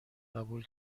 قبول